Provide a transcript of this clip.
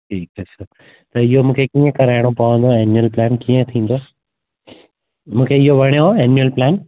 ठीकु आहे सर त इहो मूंखे कीअं कराइणो पवंदो ऐं एनुअल प्लेन कीअं थींदो मूंखे इयो वणियो एनुअल प्लान